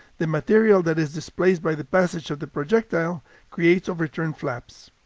the material that is displaced by the passage of the projectile creates overturned flaps.